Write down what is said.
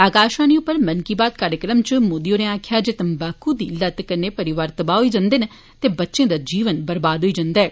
आकाशवाणी उप्पर मन की बात कार्यक्रम इच मोदी होरें आक्खेया जे तम्बाकू दी लत्त कन्नै परिवार तबाह होई जन्दे न ते बच्चे दा जीवन बरबाद होई जन्दा ऐ